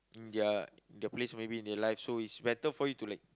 ya the place maybe in the life so is better for you to like